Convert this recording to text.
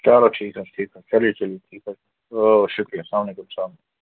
چلو ٹھیٖک حظ ٹھیٖک حظ چَلیے چَلیے ٹھیٖک حظ اَو شُکریہ سلام علیکُم سلام